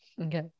okay